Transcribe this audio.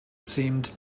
seemed